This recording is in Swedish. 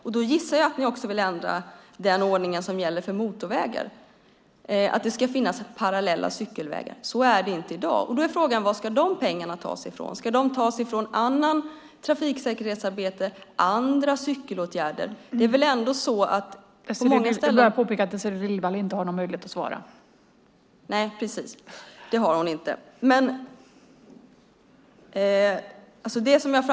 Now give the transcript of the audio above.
Jag gissar att ni också vill ändra den ordning som gäller för motorvägar, det vill säga att det också där ska finnas parallella cykelvägar. Så är det ju inte i dag. Men varifrån ska de pengarna tas? Ska de tas från annat trafiksäkerhetsarbete eller från arbete med andra cykelåtgärder? Nej, det har hon inte.